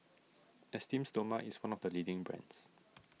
Esteem Stoma is one of the leading brands